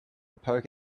poke